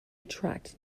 attract